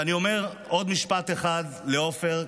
ואני אומר עוד משפט אחד לעופר,